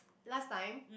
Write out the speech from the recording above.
last time